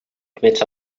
admit